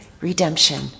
redemption